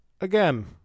Again